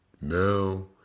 Now